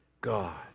God